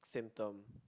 same term